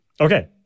Okay